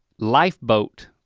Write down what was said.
life boat,